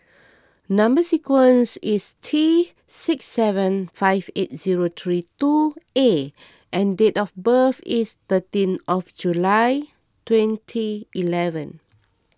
Number Sequence is T six seven five eight zero three two A and date of birth is thirteen of July twenty eleven